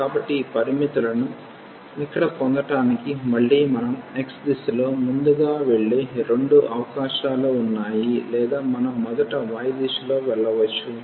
కాబట్టి ఈ పరిమితులను ఇక్కడ పొందడానికి మళ్లీ మనం x దిశలో ముందుగా వెళ్ళే రెండు అవకాశాలు ఉన్నాయి లేదా మనం మొదట y దిశలో వెళ్ళవచ్చు